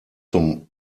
zum